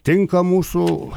tinka mūsų